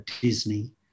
Disney